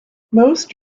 most